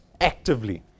actively